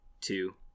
two